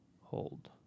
hold